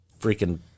freaking